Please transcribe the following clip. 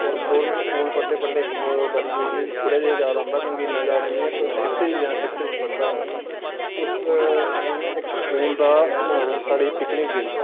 होर government school पढ़दे पढ़दे इक बारी कई मिगी थोह्ड़ा जेहा याद औंदा क्योंकि इन्ना याद निं ऐ फिफ्थ जां सिक्सथ च पढ़दा हा में उस टाईम इक स्कूल दा साढ़े पिकनिक गेई